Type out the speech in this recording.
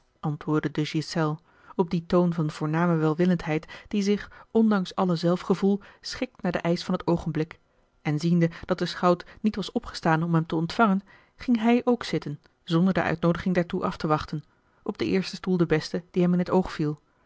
de ghiselles op dien toon van voorname welwillendheid die zich ondanks alle zelfgevoel schikt naar den eisch van het oogenblik en ziende dat de schout niet was opgestaan om hem te ontvangen ging hij ook zitten zonder de uitnoodiging daartoe af te wachten op den eersten stoel den besten die hem in t oog viel